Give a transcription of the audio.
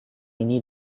ini